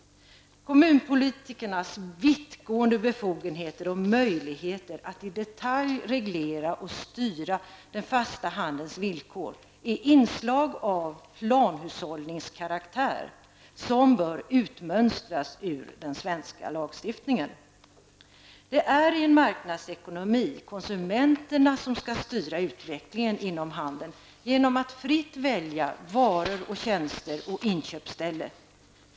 Kommunpolitikernas vittgående befogenheter och möjligheter att i detalj reglera och styra den fasta handelns villkor är inslag av planhushållningskaraktär som bör utmönstras ur den svenska lagstiftningen. I en marknadsekonomi är det konsumenterna som skall styra utvecklingen inom handeln genom att fritt välja varor, tjänster och inköpsställe.